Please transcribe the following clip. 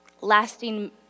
lasting